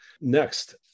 next